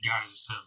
guys